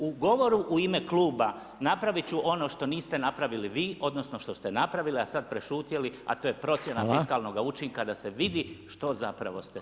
U govoru u ime kluba napravit ću ono što niste napravili vi, odnosno što ste napravili, a sad prešutjeli, a to je procjena fiskalnog učinka da se vid što zapravo ste smislili.